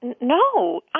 no